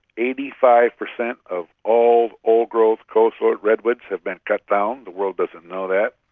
eighty five percent of all old growth coast ah redwoods have been cut down. the world doesn't know that.